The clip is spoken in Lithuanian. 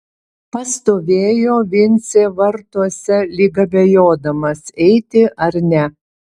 pastovėjo vincė vartuose lyg abejodamas eiti ar ne